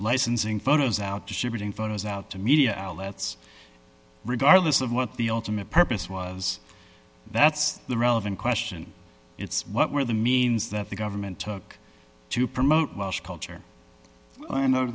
licensing photos out distributing photos out to media outlets regardless of what the ultimate purpose was that's the relevant question it's what were the means that the government took to promote culture a